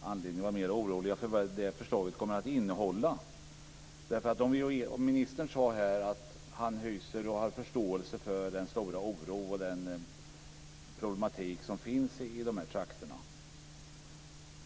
anledning att vara mer oroliga för vad förslaget kommer att innehålla. Ministern sade här att han hyser förståelse för den stora oro och den problematik som finns i dessa trakter.